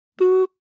boop